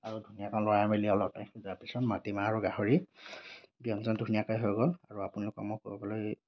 আৰু ধুনীয়াকৈ লৰাই মেলি অলপ টাইম সিজাৰ পিছত মাটিমাহ আৰু গাহৰি ব্য়ঞ্জন ধুনীয়াকৈ হৈ গ'ল আৰু আপোনালোকক মই ক'বলৈ